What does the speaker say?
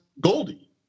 Goldie